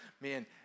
man